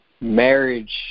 marriage